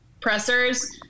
pressers